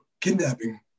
kidnapping